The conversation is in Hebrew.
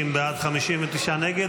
50 בעד, 59 נגד.